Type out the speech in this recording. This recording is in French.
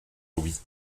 louis